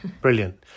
Brilliant